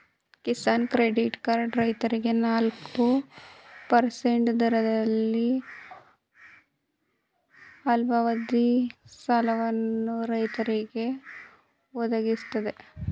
Kisan credit card ರೈತರಿಗೆ ನಾಲ್ಕು percent ದರದಲ್ಲಿ ಅಲ್ಪಾವಧಿ ಸಾಲವನ್ನು ರೈತರಿಗೆ ಒದಗಿಸ್ತದೆ